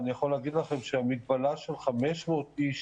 אבל מזה לא נראה הכנסות ולא נראה יכולת לפעול באמת ורק ימים